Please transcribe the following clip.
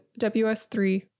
WS3